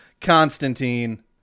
Constantine